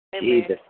Jesus